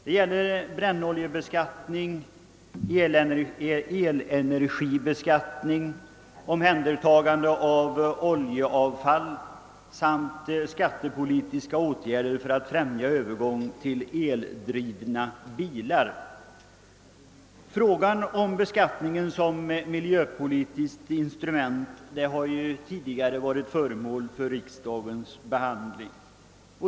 Det gäller brännoljebeskattning, elenergibeskattning, omhändertagande av oljeavfall samt skattepolitiska åtgärder för att främja övergång till eldrivna bilar. Spörsmålet om beskattningen som miljöpolitiskt instrument har tidigare varit föremål för riksdagens behandling.